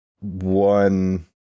one